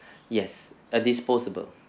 yes a disposable